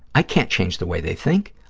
i can't change the way they think.